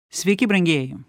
sveiki brangieji